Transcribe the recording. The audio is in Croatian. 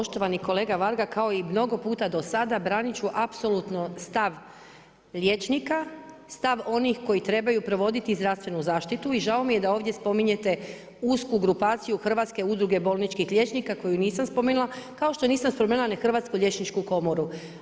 Poštovani kolega Varga, kao i mnogo puta do sada branit ću apsolutno stav liječnika, stav onih kojih trebaju provoditi zdravstvenu zaštitu i žao mi je da ovdje spominjete usku grupaciju Hrvatske udruge bolničkih liječnika koju nisam spomenula kao što nisam spomenula ni Hrvatsku liječničku komoru.